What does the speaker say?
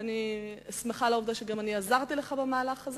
ואני שמחה שגם עזרתי לך במהלך הזה.